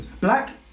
black